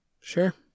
sure